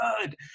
good